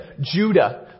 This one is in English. Judah